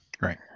Right